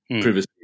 privacy